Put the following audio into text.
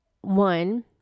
one